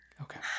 Okay